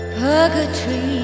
purgatory